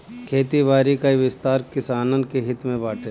खेती बारी कअ विस्तार किसानन के हित में बाटे